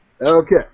Okay